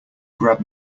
grab